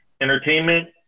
entertainment